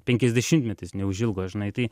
penkiasdešimtmetis neužilgo žinai tai